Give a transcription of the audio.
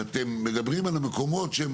שאתם מדברים על המקומות,